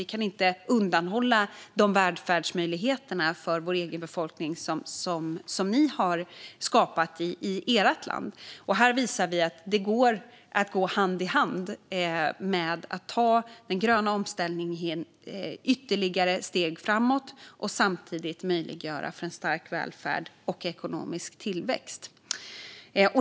Vi kan inte undanhålla de välfärdsmöjligheterna för vår egen befolkning som ni har skapat i ert land. Här visar vi att det går att gå hand i hand. Det går att ta den gröna omställningen ytterligare steg framåt och samtidigt möjliggöra för en stark välfärd och ekonomisk tillväxt.